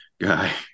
guy